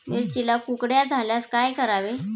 मिरचीला कुकड्या झाल्यास काय करावे?